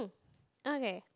okay